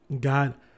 God